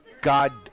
God